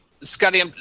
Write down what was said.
Scotty